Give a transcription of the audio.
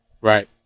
Right